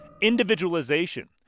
Individualization